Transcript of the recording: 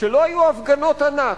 שלא היו הפגנות ענק.